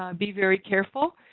um be very careful.